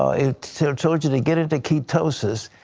ah so told you, to get into ketosis,